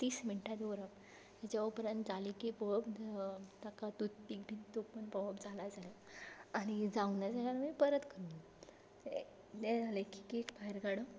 तीस मिनटां दवरप ताज्या उपरांत जालें की पळोवप ताका तूं थिगडेत ओपन पळोवप जाला जाल्यार आनी जावंक ना जाल्यार मागीर परत घालूंक जाय तें तें जालें की केक भायर काडप